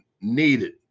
needed